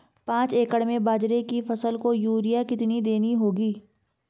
पांच एकड़ में बाजरे की फसल को यूरिया कितनी देनी होगी?